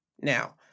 Now